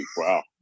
Wow